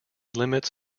limits